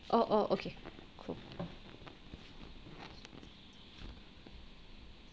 oh okay